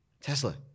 Tesla